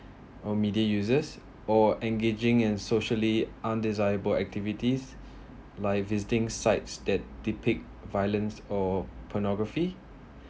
or media users or engaging in socially undesirable activities like visiting sites that depict violence or pornography